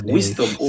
Wisdom